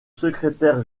secrétaire